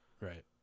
Right